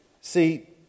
See